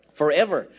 forever